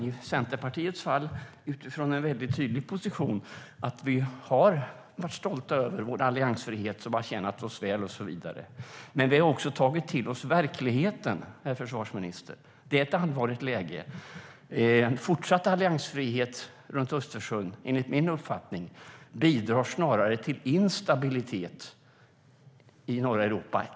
I Centerpartiet skedde det utifrån en väldigt tydlig position: Vi har varit stolta över vår alliansfrihet, som har tjänat oss väl och så vidare, men vi har också tagit till oss verkligheten, herr försvarsminister. Det är ett allvarligt läge. En fortsatt alliansfrihet runt Östersjön bidrar enligt min uppfattning snarare till instabilitet än till stabilitet i norra Europa.